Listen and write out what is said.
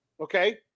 Okay